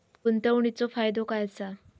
गुंतवणीचो फायदो काय असा?